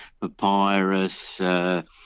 Papyrus